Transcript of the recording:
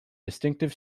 distinctive